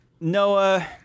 Noah